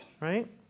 Right